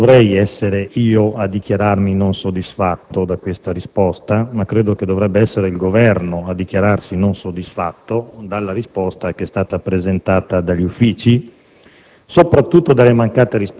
credo che non dovrei essere io a dichiararmi non soddisfatto da questa risposta ma dovrebbe essere il Governo a dichiararsi non soddisfatto della risposta che è stata presentata dagli uffici